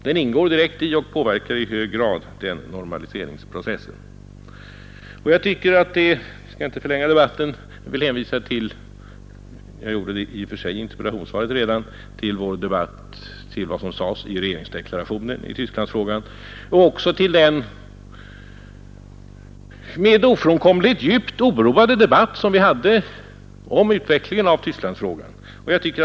Den ingår direkt i och påverkar i hög grad den normaliseringsprocessen. Jag skall inte förlänga debatten mera. Jag vill hänvisa — som jag i och för sig gjorde redan i interpellationssvaret — till vad som anförts i regeringsdeklarationen i Tysklandsfrågan, men också till den ofrånkomligen djupt oroade debatt som vi hade om utvecklingen av Tysklandsfrågan.